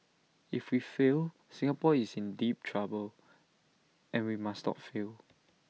if we fail Singapore is in deep trouble and we must not fail